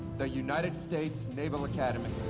the united states naval academy.